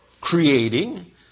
creating